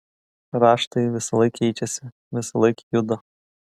raštai visąlaik keičiasi visąlaik juda